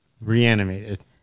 Reanimated